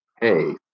hey